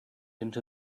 into